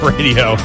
Radio